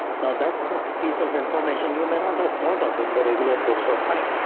now that's a piece of information you may not have thought of in the regular course of time,